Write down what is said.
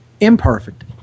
imperfect